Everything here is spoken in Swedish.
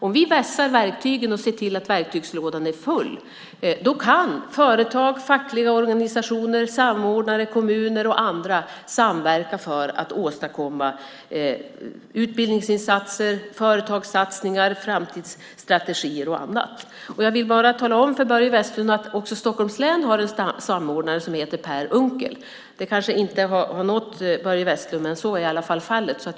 Om vi vässar verktygen och ser till att verktygslådan är full kan företag, fackliga organisationer, samordnare, kommuner och andra samverka för att åstadkomma utbildningsinsatser, företagssatsningar, framtidsstrategier och annat. Jag vill bara tala om för Börje Vestlund att också Stockholms län har en samordnare, och han heter Per Unckel. Det kanske inte har nått Börje Vestlund, men så är i varje fall fallet.